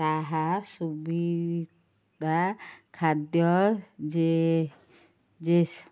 ତାହା ଖାଦ୍ୟ ଯେ